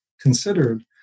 considered